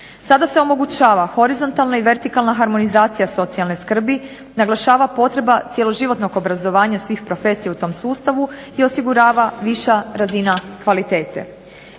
Sada se omogućava horizontalna i vertikalna harmonizacija socijalne skrbi, naglašava potreba cjeloživotnog obrazovanja svih profesija u tom sustavu i osigurava viša razina kvalitete.